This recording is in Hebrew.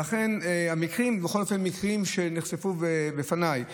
אלה המקרים, בכל אופן המקרים שנחשפו בפניי.